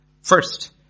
First